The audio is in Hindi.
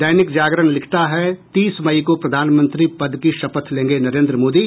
दैनिक जागरण लिखता है तीस मई को प्रधानमंत्री पद की शपथ लेंगे नरेंद्र मोदी